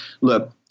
look